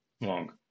long